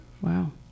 Wow